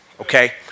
okay